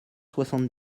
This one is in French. soixante